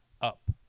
up